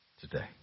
today